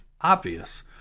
obvious